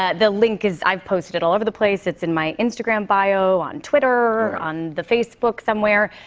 ah the link is i've posted all over the place. it's in my instagram bio, on twitter, on the facebook somewhere.